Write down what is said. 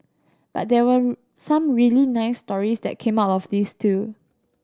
but there were some really nice stories that came out of this too